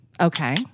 Okay